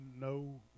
no